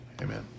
Amen